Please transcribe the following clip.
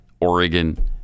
Oregon